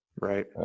Right